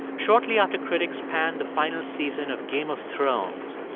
shortly after critics panned the final season of game of thrones,